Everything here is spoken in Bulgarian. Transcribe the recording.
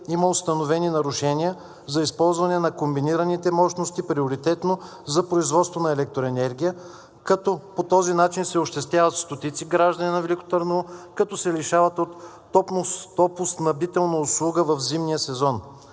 има установени нарушения за използването на комбинираните мощности приоритетно за производство на електроенергия, като по този начин се ощетяват стотици граждани на Велико Търново, като се лишават от топлоснабдителна услуга в зимния сезон?